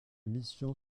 mission